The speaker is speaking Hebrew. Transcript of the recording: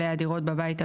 לא.